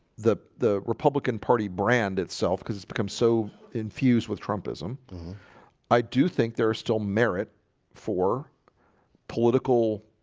the the republican party brand itself because it's become so infused with trumpism i do think there are still merit for political